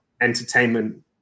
entertainment